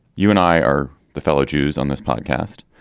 you and i are the fellow jews on this podcast.